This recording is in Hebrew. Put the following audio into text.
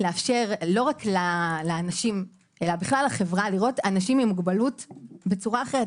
לאפשר לא רק לאנשים אלא בכלל לחברה לראות אנשים עם מוגבלות בצורה אחרת.